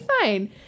fine